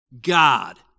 God